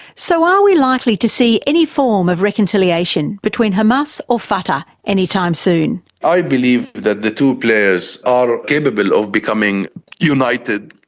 so are we likely to see any form of reconciliation between hamas or fatah any time soon? i believe that the two players are capable of becoming united.